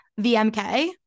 VMK